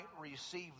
receive